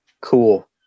Cool